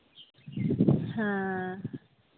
ᱦᱮᱸ